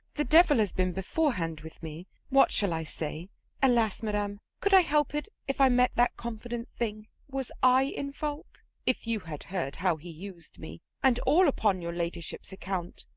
the devil has been beforehand with me what shall i say alas, madam, could i help it, if i met that confident thing? was i in fault if you had heard how he used me, and all upon your ladyship's account,